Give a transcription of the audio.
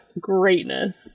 greatness